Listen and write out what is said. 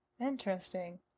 interesting